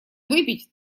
выпить